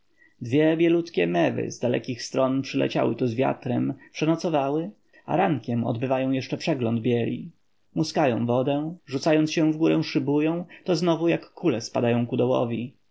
dwie bielutkie mewy z dalekich stron przyleciały tu z wiatrem przenocowały a rankiem odbywają jeszcze przegląd bieli muskają wodę rzucając się w górę szybują to znowu jak kule spadają ku dołowi